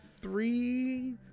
three